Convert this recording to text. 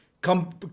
come